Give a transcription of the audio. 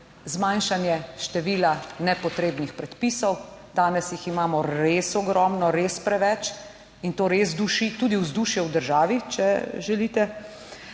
zmanjšanje števila nepotrebnih predpisov, danes jih imamo res ogromno, res preveč in to res duši tudi vzdušje v državi, če želite,